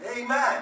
Amen